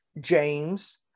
James